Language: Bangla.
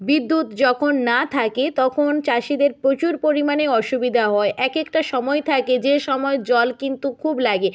বিদ্যুৎ যখন না থাকে তখন চাষিদের প্রচুর পরিমাণে অসুবিধা হয় এক একটা সময় থাকে যে সময়ে জল কিন্তু খুব লাগে